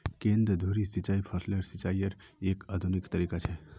केंद्र धुरी सिंचाई फसलेर सिंचाईयेर एक आधुनिक तरीका छ